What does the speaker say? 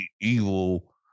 evil